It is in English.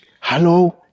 Hello